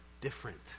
different